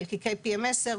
חלקיקי PM10,